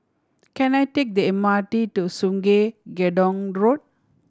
can I take the M R T to Sungei Gedong Road